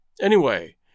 Anyway